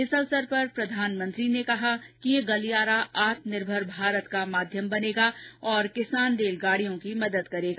इस अवसर पर प्रधानमंत्री ने कहा कि यह गलियारा आत्मनिर्भर भारत का माध्यम बनेगा और किसान रेलगाडियों की मदद करेगा